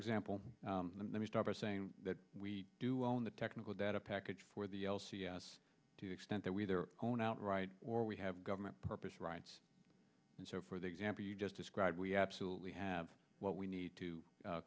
example let me start by saying that we do well in the technical data package for the l c s to the extent that we their own out right or we have government purpose right and so for the example you just described we absolutely have what we need to